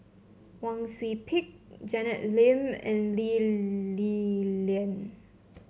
Wang Sui Pick Janet Lim and Lee Li Lian